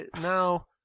now